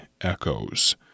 Echoes